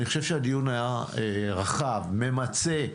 הדיון היה רחב וממצה.